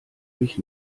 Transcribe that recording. mich